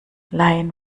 laien